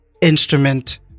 instrument